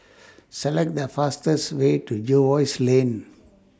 Select The fastest Way to Jervois Lane